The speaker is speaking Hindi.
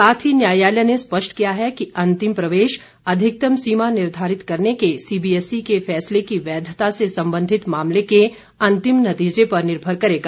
साथ ही न्यायालय ने स्पष्ट किया है कि अंतिम प्रवेश अधिकतम सीमा निर्धारित करने के सीबीएसई के फैसले की वैधता से सबंधित मामले के अंतिम नतीजे पर निर्भर करेगा